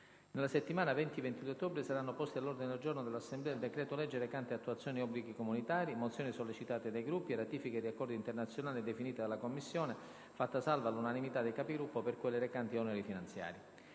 Nella settimana 20-22 ottobre saranno posti all'ordine del giorno dell'Assemblea il decreto-legge recante attuazione obblighi comunitari, mozioni sollecitate dai Gruppi e ratifiche di accordi internazionali definite dalla Commissione, fatta salva l'unanimità dei Capigruppo per quelle recanti oneri finanziari.